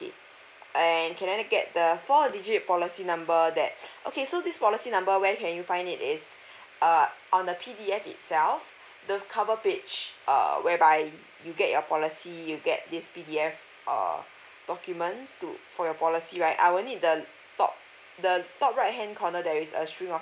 and can I get the four digit policy number that okay so this policy number where can you find is uh on the P_D_F itself the cover page err whereby you get your policy you get this P_D_F uh document to for your policy right I will need the top the top right hand corner there is a string of